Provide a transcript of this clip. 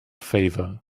favor